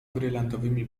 brylantowymi